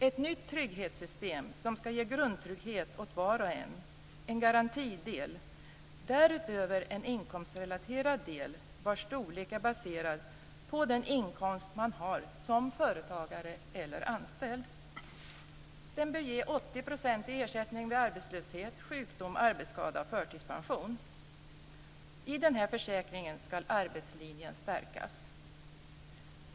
Ett nytt trygghetssystem som skall ge grundtrygghet åt var och en, en garantidel, därutöver en inkomstrelaterad del vars storlek är baserad på den inkomst man har som företagare eller anställd. Den bör ge 80 % i ersättning vid arbetslöshet, sjukdom, arbetsskada och förtidspension. I denna försäkring skall arbetslinjen stärkas.